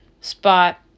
spot